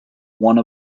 one